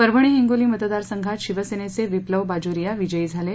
परभणी हिंगोली मतदार संघात शिवसेनेचे विप्लव बाजोरिया विजयी झाले आहेत